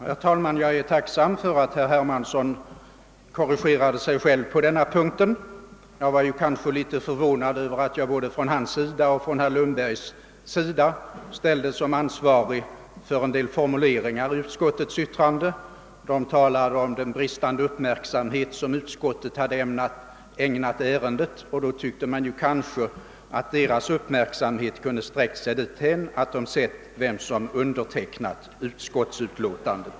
Herr talman! Jag är tacksam för att herr Hermansson korrigerade sig själv på denna punkt. Jag var litet förvånad över att jag både av honom och av herr Lundberg ställdes som ansvarig för en del formuleringar i utskottsutlåtandet. De talade också om den bristande uppmärksamhet som utskottet hade ägnat ärendet. Man tycker kanske att deras egen uppmärksamhet då kunde ha sträckt sig dithän att de hade sett vem som undertecknat utlåtandet.